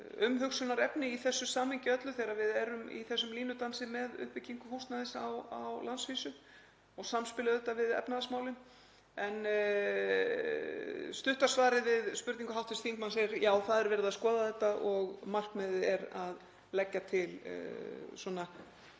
umhugsunarefni í þessu samhengi öllu þegar við erum í þessum línudansi með uppbyggingu húsnæðis á landsvísu og samspil við efnahagsmálin. Stutta svarið við spurningu hv. þingmanns er: Já, það er verið að skoða þetta og markmiðið er að leggja til